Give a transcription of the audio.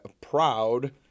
Proud